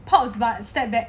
pops but step back